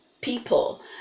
people